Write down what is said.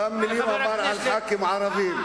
אותן מלים אמר על חברי כנסת ערבים,